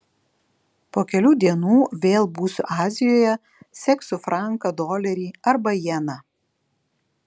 po kelių dienų vėl būsiu azijoje seksiu franką dolerį arba jeną